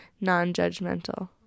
non-judgmental